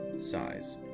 size